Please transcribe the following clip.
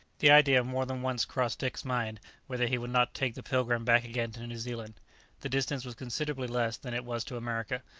the idea more than once crossed dick's mind whether he would not take the pilgrim back again to new zealand the distance was considerably less than it was to america,